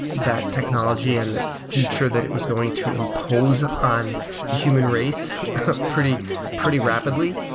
that technology and the future that it was going to impose on the human race pretty pretty rapidly.